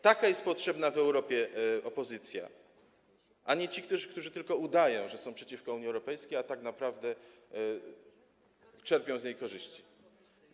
Taka jest potrzebna w Europie opozycja, a nie ci, którzy tylko udają, że są przeciwko Unii Europejskiej, a tak naprawdę czerpią z niej korzyści.